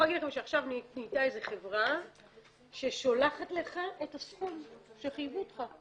עכשיו נהייתה איזו חברה ששולחת לך את הסכום שחייבו אותך.